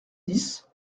dix